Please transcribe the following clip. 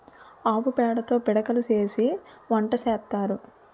ఆవు పేడతో పిడకలు చేసి వంట సేత్తారు